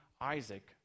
Isaac